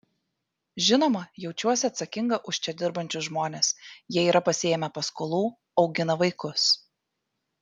žinoma jaučiuosi atsakinga už čia dirbančius žmones jie yra pasiėmę paskolų augina vaikus